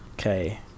Okay